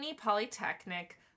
Polytechnic